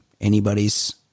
anybody's